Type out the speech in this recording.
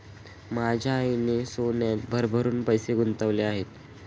माझ्या आईने सोन्यात भरपूर पैसे गुंतवले आहेत